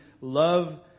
love